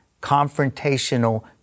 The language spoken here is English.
confrontational